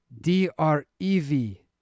D-R-E-V